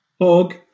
Hog